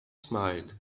smiled